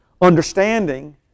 understanding